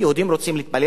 אף אחד לא הפריע להם,